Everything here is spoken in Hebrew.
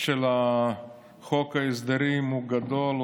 חוק ההסדרים הוא גדול,